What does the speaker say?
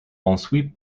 ensuite